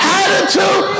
attitude